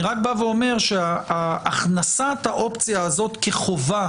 אני רק אומר שהכנסת האופציה הזאת כחובה